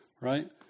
right